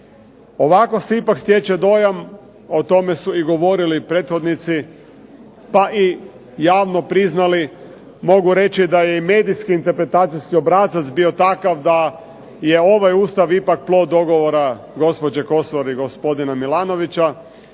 Ovako se ipak stječe dojam, o tome su i govorili prethodnici pa i javno priznali, mogu reći da je i medijski interpretacijski obrazac bio takav da je ovaj Ustav ipak plod dogovora gospođe Kosor i gospodina Milanovića